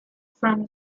from